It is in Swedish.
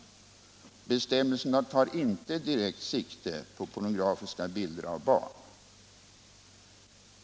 Bestämmelserna tar inte direkt sikte på pornografiska bilder av barn.